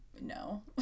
No